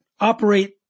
operate